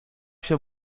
się